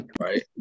right